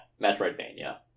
Metroidvania